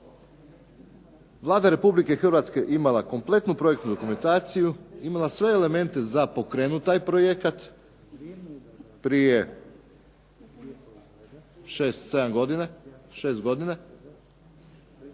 Vlada Republike Hrvatske je imala kompletnu projektnu dokumentaciju, imala je sve elemente za pokrenuti taj projekat prije 6, 7 godina, 6 godina.